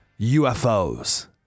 UFOs